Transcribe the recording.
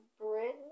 Britain